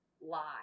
lie